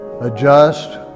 adjust